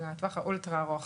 לטווח האולטרה ארוך.